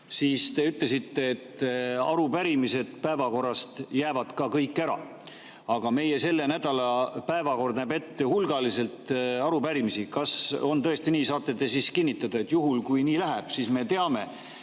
siis te ütlesite, et kõik arupärimised jäävad päevakorrast ka ära. Aga meie selle nädala päevakord näeb ette hulgaliselt arupärimisi. Kas on tõesti nii? Saate te kinnitada, juhul kui nii läheb? Siis me teame,